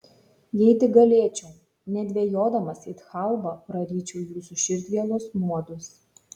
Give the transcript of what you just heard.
jei tik galėčiau nedvejodamas it chalvą praryčiau jūsų širdgėlos nuodus